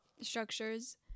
structures